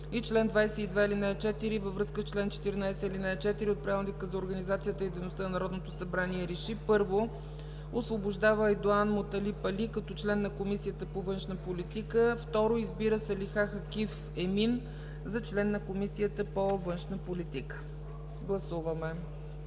и чл. 22, ал. 4 във връзка с чл. 14, ал. 4 от Правилника за организацията и дейността на Народното събрание РЕШИ: 1. Освобождава Айдоан Муталиб Али като член на Комисията по външна политика. 2. Избира Салиха Хакиф Емин за член на Комисията по външна политика.” Гласуваме.